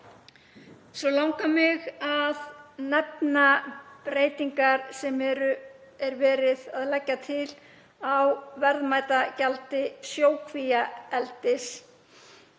Svo langar mig að nefna breytingar sem er verið að leggja til á verðmætagjaldi sjókvíaeldis,